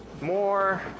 more